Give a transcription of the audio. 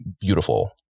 beautiful